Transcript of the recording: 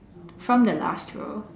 from the last row